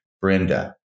Brenda